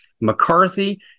McCarthy